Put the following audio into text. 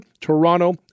Toronto